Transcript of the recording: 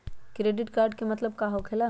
Credit card के मतलब का होकेला?